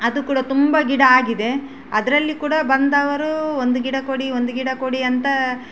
ಅದು ಕೂಡ ತುಂಬ ಗಿಡ ಆಗಿದೆ ಅದರಲ್ಲಿ ಕೂಡ ಬಂದವರೂ ಒಂದು ಗಿಡ ಕೊಡಿ ಒಂದು ಗಿಡ ಕೊಡಿ ಅಂತ